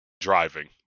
driving